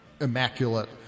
immaculate